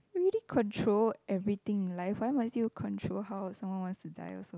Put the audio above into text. already control everything in life why must you control how someone want to die also